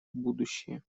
будущее